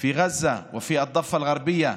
בעזה ובגדה המערבית.